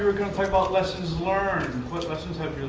ah going to talk about lessons learned. what lessons have